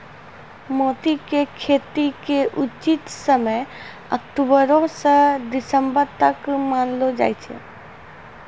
मोती के खेती के उचित समय अक्टुबरो स दिसम्बर तक मानलो जाय छै